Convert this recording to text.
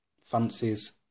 fancies